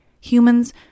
Humans